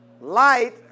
Light